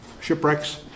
shipwrecks